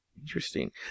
interesting